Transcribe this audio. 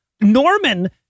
Norman